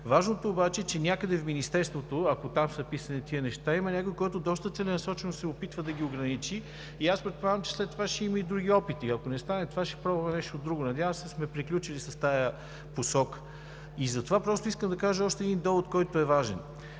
Важното обаче е, че някъде в Министерството, ако там са писани тези неща, има някой, който доста целенасочено се опитва да ги ограничи. Предполагам, че след това ще има и други опити – ако не стане това, ще пробваме нещо друго. Надявам се да сме приключили с тази посока. Искам да кажа за още един довод, който е важен.